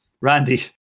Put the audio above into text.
Randy